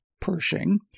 Pershing